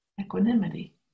equanimity